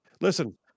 listen